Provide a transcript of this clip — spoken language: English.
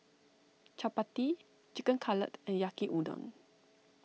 Chapati Chicken Cutlet and Yaki Udon